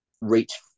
reach